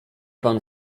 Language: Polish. pan